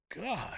God